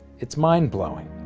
it's mind-blowing.